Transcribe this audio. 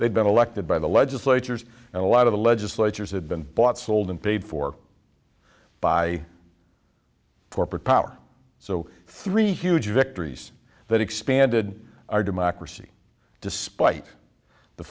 they'd been elected by the legislatures and a lot of the legislators had been bought sold and paid for by corporate power so three huge victories that expanded our democracy despite the